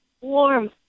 warm